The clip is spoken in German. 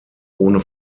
ohne